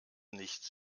nichts